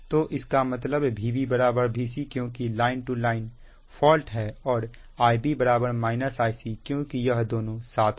तो इसका मतलब Vb Vc क्योंकि लाइन टू लाइन फॉल्ट है और Ib Ic क्योंकि यह दोनों साथ हैं